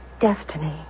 destiny